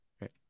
Right